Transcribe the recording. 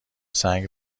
سنگ